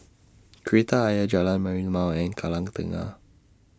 Kreta Ayer Jalan Merlimau and Kallang Tengah